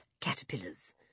caterpillars